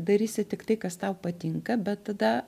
darysi tik tai kas tau patinka bet tada